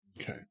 Okay